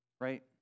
Right